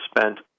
spent